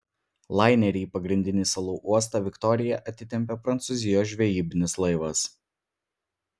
lainerį į pagrindinį salų uostą viktoriją atitempė prancūzijos žvejybinis laivas